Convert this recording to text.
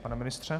Pane ministře?